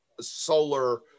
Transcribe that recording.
solar